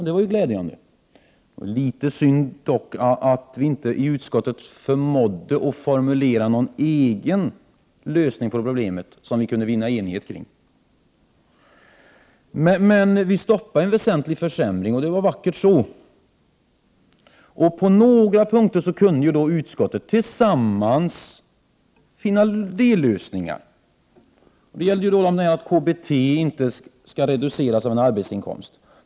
Det var glädjande, men litet synd dock att vi inte i utskottet förmådde att formulera någon egen lösning på problemet som vi kunde vinna enhet kring. Men vi stoppade en väsentlig försämring, och det var vackert så. På några punkter kunde utskottets ledamöter tillsammans finna dellösningar. För det första gällde det att det kommunala bostadstillägget inte skall reduceras av en arbetsinkomst.